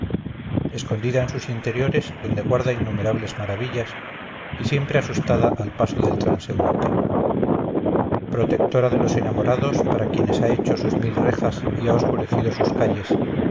escondida en sus interiores donde guarda innumerables maravillas y siempre asustada al paso del transeúnte protectora de los enamorados para quienes ha hecho sus mil rejas y ha oscurecido sus calles